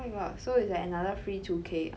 oh my god so it's like another free two K ah